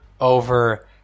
over